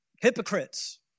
Hypocrites